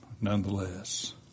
nonetheless